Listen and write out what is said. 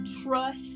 trust